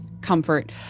comfort